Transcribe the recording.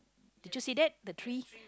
did you see that the three